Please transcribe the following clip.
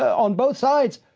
on both sides,